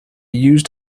used